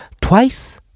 twice